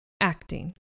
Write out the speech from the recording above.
acting